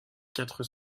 quatre